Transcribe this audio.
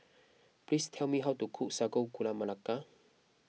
please tell me how to cook Sago Gula Melaka